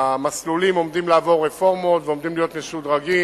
המסלולים עומדים לעבור רפורמות ועומדים להיות משודרגים